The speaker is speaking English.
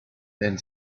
then